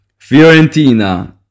Fiorentina